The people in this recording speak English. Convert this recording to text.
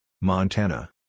Montana